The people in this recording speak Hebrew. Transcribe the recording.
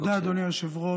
תודה, אדוני היושב-ראש.